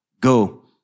Go